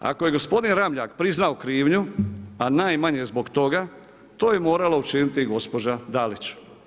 Ako je gospodin Ramljak priznao krivnju, a najmanje zbog toga, to je morala učiniti i gospođa Dalić.